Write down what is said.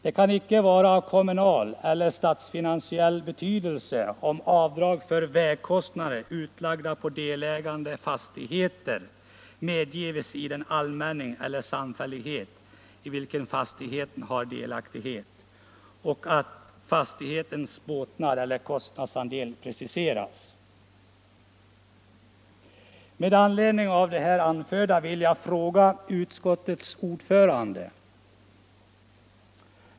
Det kan inte vara av kommunal eller statsfinansiell betydelse, om avdrag för vägkostnader utlagda på delägande fastigheter medges i den allmänning eller samfällighet i vilken fastigheten har delaktighet, utan att fastighetens båtnad eller kostnadsandel preciseras. Med anledning av det här anförda vill jag ställa en fråga till utskottets ordförande.